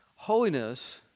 Holiness